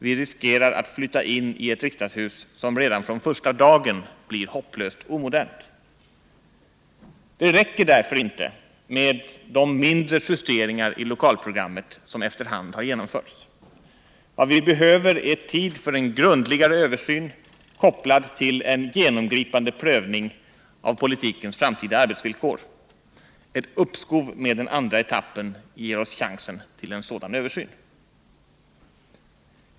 Vi riskerar att flytta in i ett riksdagshus som redan från första dagen är hopplöst omodernt. Det räcker därför inte med de mindre justeringar i lokalprogrammet som efter hand har genomförts. Vad vi behöver är tid för en grundligare översyn kopplad till en genomgripande prövning av politikens framtida arbetsvillkor. Ett uppskov med den andra etappen ger oss chansen till en sådan översyn.